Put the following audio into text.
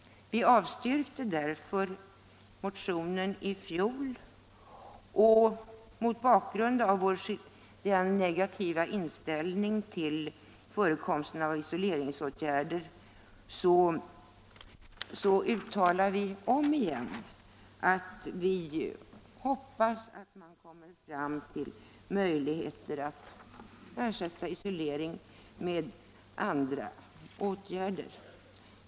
Vi avstyrkte därför motionen i fjol. Mot bakgrunden av den negativa inställningen till förekomsten av isoleringsåtgärder uttalar vi nu omigen att vi hoppas att man kommer fram till möjligheter att ersätta isolering med andra åtgärder.